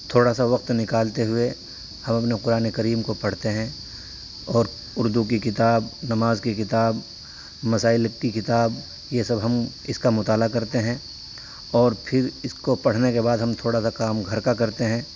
تھوڑا سا وقت نکالتے ہوئے ہم اپنے قرآنِ کریم کو پڑھتے ہیں اور اردو کی کتاب نماز کی کتاب مسائل کی کتاب یہ سب ہم اس کا مطالعہ کرتے ہیں اور پھر اس کو پڑھنے کے بعد ہم تھوڑا سا کام گھر کا کرتے ہیں